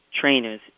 trainers